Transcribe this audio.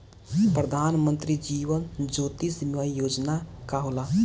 प्रधानमंत्री जीवन ज्योति बीमा योजना का होला?